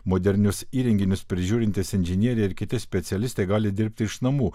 modernius įrenginius prižiūrintys inžinieriai ir kiti specialistai gali dirbti iš namų